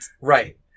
Right